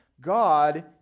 God